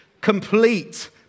Complete